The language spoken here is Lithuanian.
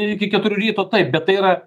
iki keturių ryto taip bet tai yra